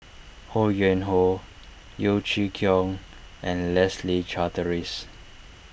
Ho Yuen Hoe Yeo Chee Kiong and Leslie Charteris